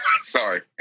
sorry